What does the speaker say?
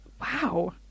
Wow